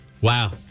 Wow